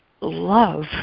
love